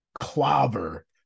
clobber